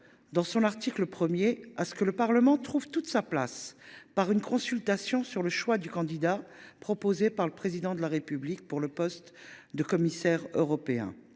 dans son article 1, à ce que le Parlement trouve toute sa place, au travers d’une consultation sur le choix du candidat proposé par le Président de la République pour le poste de commissaire européen.